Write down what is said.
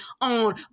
on